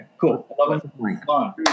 cool